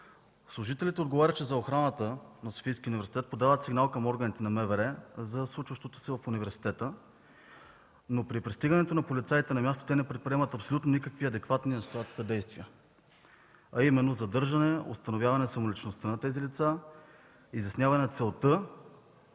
Служителите, отговарящи за охраната на Софийския университет, подават сигнал към органите на МВР за случващото се в университета, но при пристигането на полицаите на място, те не предприемат абсолютно никакви адекватни за ситуацията действия, а именно задържане, установяване на самоличността на тези лица, изясняване на целта